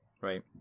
right